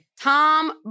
Tom